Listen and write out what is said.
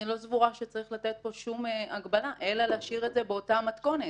אני לא סבורה שצריך לתת פה שום הגבלה אלא להשאיר את זה באותה מתכונת.